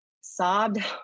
sobbed